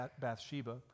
Bathsheba